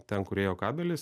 ten kur ėjo kabelis